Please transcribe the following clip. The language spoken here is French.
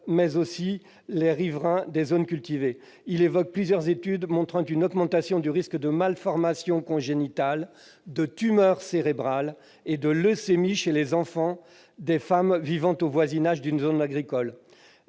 mais aussi sur les riverains des zones cultivées. Il évoque ainsi plusieurs études montrant une augmentation du risque de malformations congénitales, de tumeurs cérébrales et de leucémies chez les enfants des femmes vivant au voisinage d'une zone agricole.